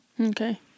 Okay